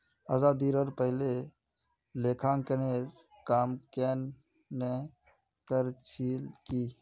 आज़ादीरोर पहले लेखांकनेर काम केन न कर छिल की